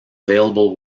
available